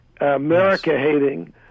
America-hating